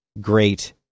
great